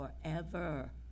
forever